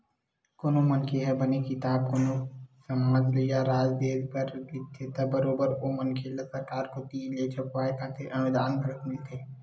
कोनो मनखे ह बने किताब कोनो समाज या राज देस बर लिखथे त बरोबर ओ मनखे ल सरकार कोती ले छपवाय खातिर अनुदान घलोक मिलथे